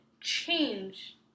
change